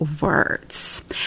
words